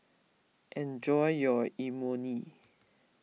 enjoy your Imoni